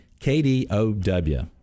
KDOW